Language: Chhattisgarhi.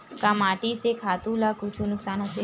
का माटी से खातु ला कुछु नुकसान होथे?